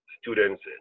students